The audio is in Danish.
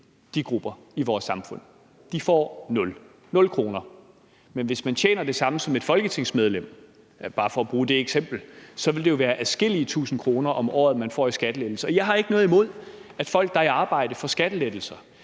de grupper i vores samfund. De får 0 kr. Men hvis man tjener det samme som et folketingsmedlem – bare for at bruge det eksempel – vil det være adskillige tusinde kroner om året, man får i skattelettelser. Jeg har ikke noget imod, at folk, der er i arbejde, får skattelettelser,